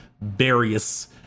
various